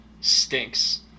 stinks